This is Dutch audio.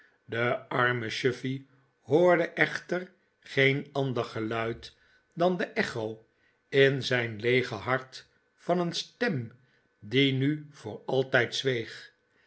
de arme chuffey hoorde echter geen ander geluid dan de echo in zijn leege hart van een stem die nu voor altijd